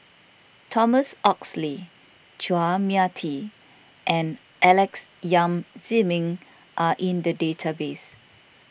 Thomas Oxley Chua Mia Tee and Alex Yam Ziming are in the database